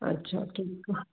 अच्छा ठीक आहे